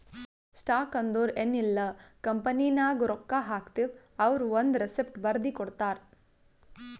stock ಅಂದುರ್ ಎನ್ ಇಲ್ಲ ಕಂಪನಿನಾಗ್ ರೊಕ್ಕಾ ಹಾಕ್ತಿವ್ ಅವ್ರು ಒಂದ್ ರೆಸಿಪ್ಟ್ ಬರ್ದಿ ಕೊಡ್ತಾರ್